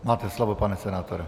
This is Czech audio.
Máte slovo, pane senátore.